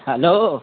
hello